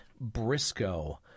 Briscoe